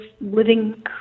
living